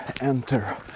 enter